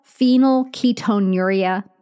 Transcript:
phenylketonuria